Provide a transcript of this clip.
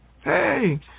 hey